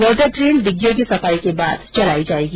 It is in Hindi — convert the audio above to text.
वाटर ट्रेन डिग्गियों की सफाई के बाद चलाई जाएगी